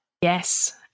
Yes